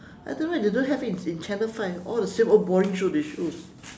I don't know why they don't have it in in channel five all the same old boring shows they show